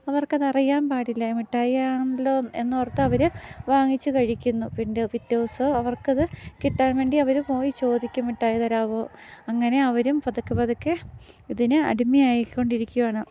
അവർക്കതറിയാൻ പാടില്ല മിട്ടായിയാണല്ലോ എന്നോർത്ത് അവര് വാങ്ങിച്ച് കഴിക്കുന്നു പിൻ്റ് പിറ്റേ ദിവസം അവർക്കത് കിട്ടാൻ വേണ്ടി അവര് പോയി ചോദിക്കും മിട്ടായി തരാവോ അങ്ങനെ അവരും പതുക്കെ പതുക്കെ ഇതിന് അടിമായിക്കൊണ്ടിരിക്കുവാണ്